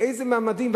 לאיזה מעמדים?